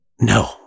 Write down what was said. No